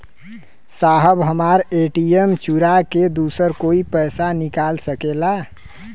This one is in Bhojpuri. साहब हमार ए.टी.एम चूरा के दूसर कोई पैसा निकाल सकेला?